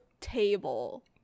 table